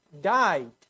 died